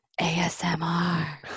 ASMR